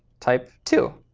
type two.